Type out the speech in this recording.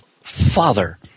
father